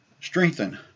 strengthen